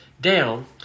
down